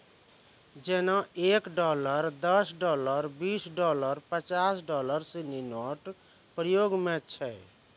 जेना एक डॉलर दस डॉलर बीस डॉलर पचास डॉलर सिनी नोट प्रयोग म छै